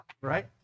right